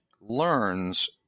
learns